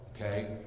okay